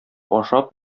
ашап